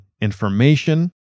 information